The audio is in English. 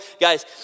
Guys